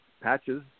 patches